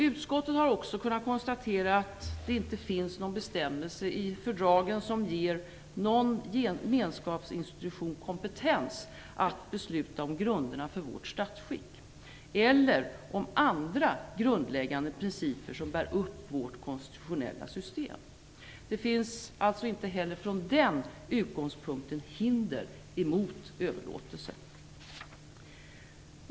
Utskottet har också kunnat konstatera att det inte finns någon bestämmelse i fördragen som ger någon gemenskapsinstitution kompetens att besluta om grunderna för vårt statsskick eller om andra grundläggande principer som bär upp vårt konstitutionella system. Det finns alltså inte heller från den utgångspunkten hinder emot överlåtelsen.